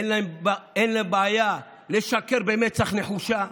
אין להם בעיה לשקר במצח נחושה,